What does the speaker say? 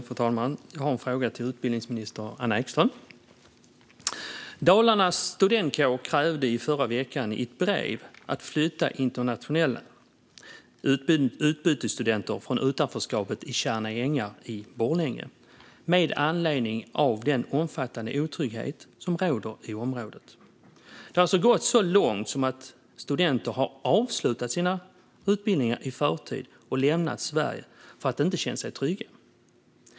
Fru talman! Jag har en fråga till utbildningsminister Anna Ekström. Dalarnas studentkår krävde i förra veckan i ett brev att internationella utbytesstudenter ska flyttas från utanförskapet i Tjärna Ängar i Borlänge med anledning av den omfattande otrygghet som råder i området. Det har gått så långt att studenter har avslutat sina utbildningar i förtid och lämnat Sverige för att de inte känt sig trygga.